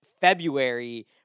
February